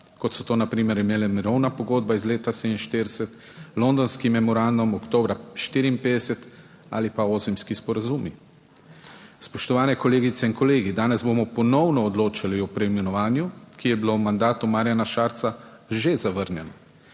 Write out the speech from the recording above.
kot so to na primer imeli mirovna pogodba iz leta 1947, londonski memorandum oktobra 1954 ali pa osimski sporazumi. Spoštovane kolegice in kolegi, danes bomo ponovno odločali o preimenovanju, ki je bilo v mandatu Marjana Šarca že zavrnjeno,